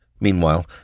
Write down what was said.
Meanwhile